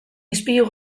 ispilu